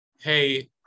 hey